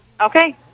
Okay